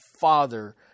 father